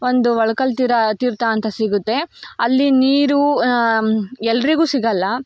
ಒಂದು ಒಳ್ಕಲ್ಲು ತೀರ ತೀರ್ಥ ಅಂತ ಸಿಗುತ್ತೆ ಅಲ್ಲಿ ನೀರು ಎಲ್ಲರಿಗೂ ಸಿಗೋಲ್ಲ